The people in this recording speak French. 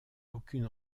aucune